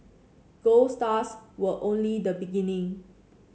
gold stars were only the beginning